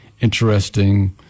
interesting